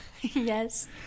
Yes